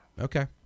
Okay